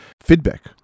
feedback